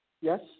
Yes